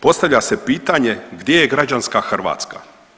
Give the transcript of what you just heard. Postavlja se pitanje gdje je građanska Hrvatska.